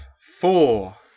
four